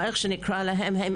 או איך שנקרא להם,